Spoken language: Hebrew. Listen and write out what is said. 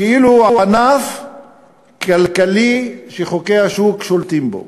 כאילו הוא ענף כלכלי שחוקי השוק שולטים בו.